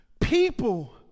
people